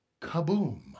kaboom